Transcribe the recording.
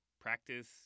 practice